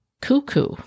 cuckoo